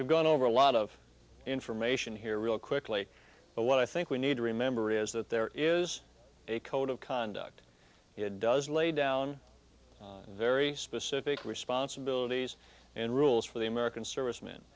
prepared going over a lot of information here real quickly but what i think we need to remember is that there is a code of conduct it does lay down very specific responsibilities and rules for the american servicemen